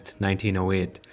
1908